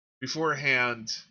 beforehand